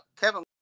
Kevin